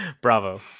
bravo